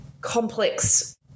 complex